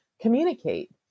communicate